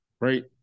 right